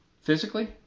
physically